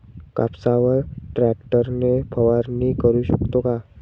कापसावर ट्रॅक्टर ने फवारणी करु शकतो का?